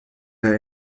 der